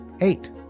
eight